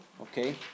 Okay